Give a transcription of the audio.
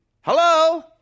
Hello